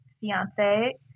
fiance